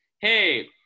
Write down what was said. hey